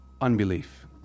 unbelief